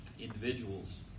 individuals